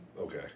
Okay